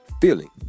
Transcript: feeling